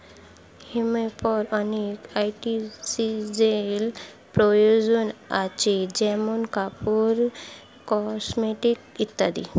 হেম্পের অনেক ইন্ডাস্ট্রিয়াল প্রয়োজন আছে যেমন কাপড়, কসমেটিকস ইত্যাদি